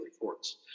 reports